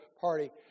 party